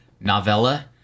novella